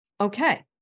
Okay